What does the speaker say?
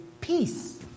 peace